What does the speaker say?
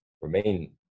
remain